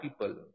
people